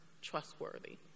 trustworthy